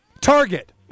Target